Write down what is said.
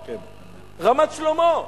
רמת-שלמה.